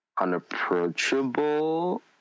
unapproachable